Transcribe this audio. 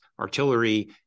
artillery